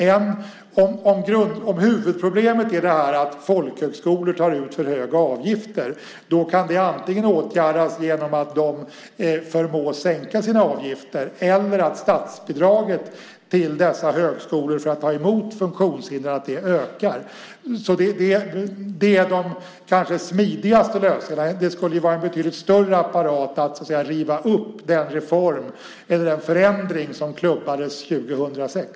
Om huvudproblemet är att folkhögskolor tar ut för höga avgifter kan det åtgärdas antingen genom att de förmås att sänka sina avgifter eller genom att man ökar det statsbidrag som skolorna får för att ta emot funktionshindrade. Det är kanske de smidigaste lösningarna. Det skulle vara en mycket större apparat att riva upp den förändring som beslutades 2006.